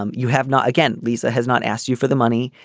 um you have not again. liza has not asked you for the money.